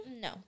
No